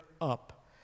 up